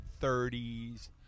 30s